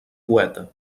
poeta